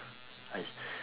!aiya!